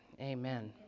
Amen